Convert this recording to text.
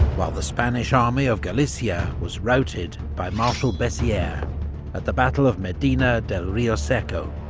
while the spanish army of galicia was routed by marshal bessieres at the battle of medina del rioseco.